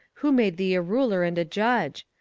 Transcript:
who made thee a ruler and a judge?